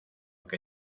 que